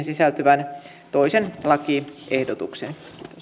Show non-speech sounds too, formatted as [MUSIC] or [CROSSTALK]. [UNINTELLIGIBLE] sisältyvän toisen lakiehdotuksen kiitos